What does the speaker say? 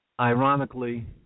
ironically